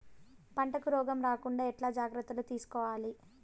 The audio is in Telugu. పంటకు రోగం రాకుండా ఎట్లా జాగ్రత్తలు తీసుకోవాలి?